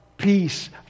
peace